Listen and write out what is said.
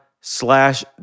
slash